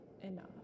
enough